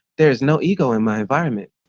there is no ego in my environment.